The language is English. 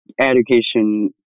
education